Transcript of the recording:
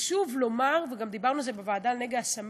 חשוב לומר, וגם דיברנו על זה בוועדה, הוא